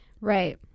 Right